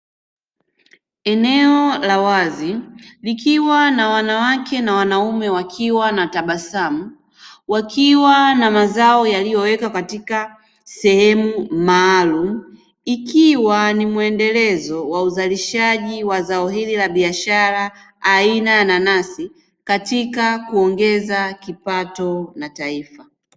Eneo la wazi likiwa na wanawake na wanaume wakiwa na tabasamu wakiwa na mazao yaliyowekwa katika sehemu maalumu, ikiwa ni muendelezo wa uzalishaji wa zao hili la biashara aina ya nanasi katika kuongeza kipato cha taifa.